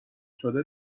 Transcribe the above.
شده